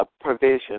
provision